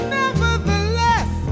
nevertheless